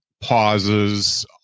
pauses